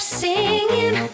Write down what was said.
singing